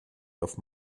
darf